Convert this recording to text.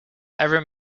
ever